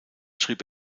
schrieb